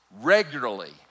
regularly